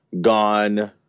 gone